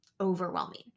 overwhelming